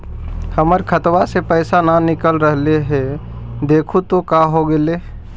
हमर खतवा से पैसा न निकल रहले हे देखु तो का होगेले?